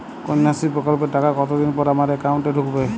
কন্যাশ্রী প্রকল্পের টাকা কতদিন পর আমার অ্যাকাউন্ট এ ঢুকবে?